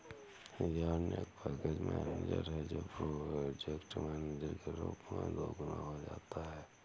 yarn एक package manager है जो प्रोजेक्ट मैनेजर के रूप में दोगुना हो जाता है